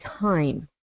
time